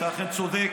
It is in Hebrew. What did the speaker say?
אתה אכן צודק.